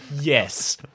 yes